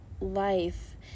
Life